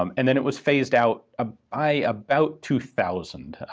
um and then it was phased out ah by about two thousand,